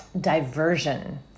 diversion